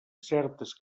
certes